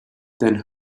then